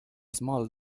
small